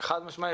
חד משמעית.